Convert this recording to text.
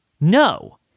No